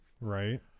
Right